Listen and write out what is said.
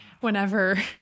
whenever